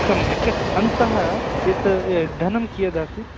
सम्यक् अन्तः यत् य धनं कियदासीत्